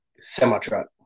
semi-truck